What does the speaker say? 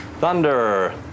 Thunder